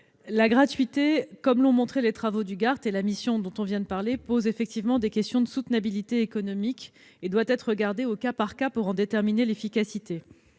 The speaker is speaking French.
La gratuité, comme l'ont montré les travaux du GART et de la mission dont on vient de parler, pose effectivement des questions de soutenabilité économique et doit être examinée au cas par cas pour en déterminer l'efficacité.